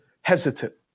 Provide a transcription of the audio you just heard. hesitant